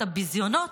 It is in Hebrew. את הביזיונות,